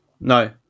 No